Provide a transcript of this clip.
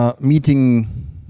meeting